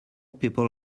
people